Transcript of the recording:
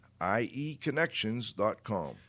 ieconnections.com